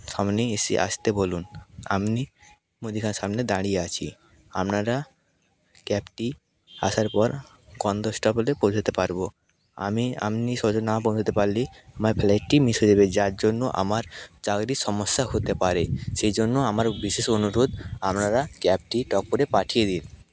সামনে আসতে বলুন আপনি মুদিখানার সামনে দাঁড়িয়ে আছি আপনারা ক্যাবটি আসার পর গন্তব্যস্থলে পৌঁছোতে পারবো আমি আপনি সোজা না পৌঁছাতে পারলে আমার ফ্লাইটটি মিস হয়ে যাবে যার জন্য আমার চাকরির সমস্যা হতে পারে সেই জন্য আমার বিশেষ অনুরোধ আপনারা ক্যাবটি টক করে পাঠিয়ে দিন